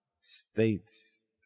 states